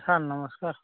sir ନମସ୍କାର